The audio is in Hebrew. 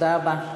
תודה רבה.